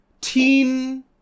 Teen